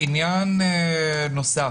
עניין נוסף.